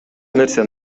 нерсе